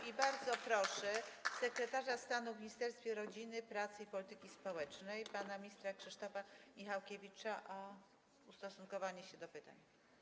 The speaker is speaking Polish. I bardzo proszę sekretarza stanu w Ministerstwie Rodziny, Pracy i Polityki Społecznej pana ministra Krzysztofa Michałkiewicza o ustosunkowanie się do pytań.